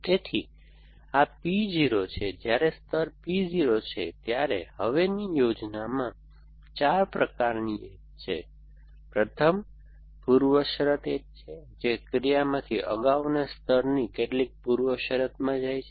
તેથી આ P 0 છે જ્યારે સ્તર P 0 છે ત્યારે હવે ની યોજનામાં 4 પ્રકારની એજ છે પ્રથમ પૂર્વશરત એજ છે જે ક્રિયામાંથી અગાઉના સ્તરની કેટલીક પૂર્વશરતમાં જાય છે